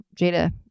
Jada